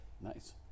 Nice